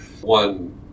One